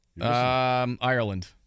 Ireland